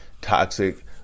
toxic